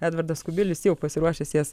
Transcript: edvardas kubilius jau pasiruošęs jas